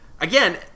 Again